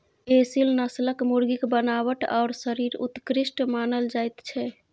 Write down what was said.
एसील नस्लक मुर्गीक बनावट आओर शरीर उत्कृष्ट मानल जाइत छै